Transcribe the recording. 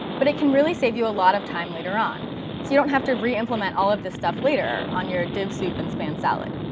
but it can really save you a lot of time later on, so you don't have to reimplement all of this stuff later on your div soup and span salad.